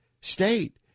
state